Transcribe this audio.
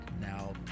now